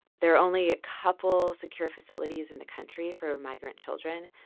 there are only a couple secure facilities in the country for migrant children.